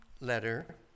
letter